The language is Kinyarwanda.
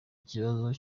ikibazo